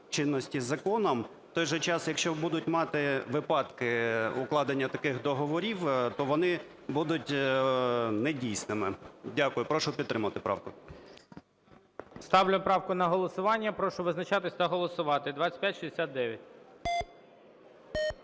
чинності законом. В той же час, якщо будуть мати випадки укладення таких договорів, то вони будуть недійсними. Дякую. Прошу підтримати правку. ГОЛОВУЮЧИЙ. Ставлю правку на голосування. Прошу визначатись та голосувати. 2569.